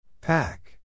Pack